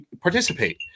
participate